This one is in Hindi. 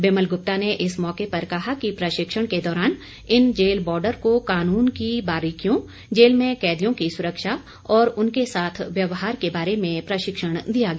बिमल गुप्ता ने इस मौके पर कहा कि प्रशिक्षण के दौरान इन जेल बॉर्डर को कानून की बारीकियों जेल में कैदियों की सुरक्षा और उनके साथ व्यवहार के बारे में प्रशिक्षण दिया गया